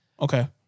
Okay